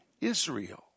Israel